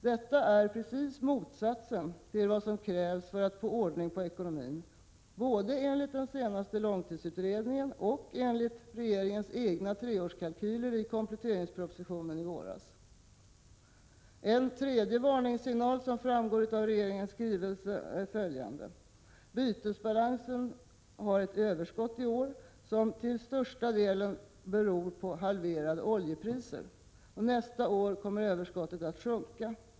Detta är precis motsatsen till vad som krävs för att få ordning på ekonomin, både enligt den senaste långtidsutredningen och enligt regeringens egna treårskalkyler i kompletteringspropositionen i våras. För det tredje: Bytesbalansens överskott i år beror till största delen på halverade oljepriser. Nästa år kommer överskottet att sjunka.